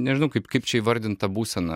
nežinau kaip kaip čia įvardint tą būseną